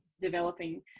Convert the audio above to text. developing